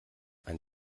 ein